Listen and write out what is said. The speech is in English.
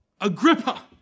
Agrippa